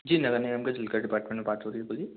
जी नगर निगम के जल का डिपार्ट्मेन्ट में बात हो रही है बोलिए